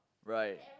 right